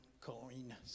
coin